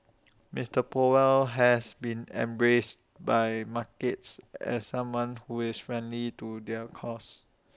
Mister powell has been embraced by markets as someone who is friendly to their cause